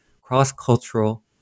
cross-cultural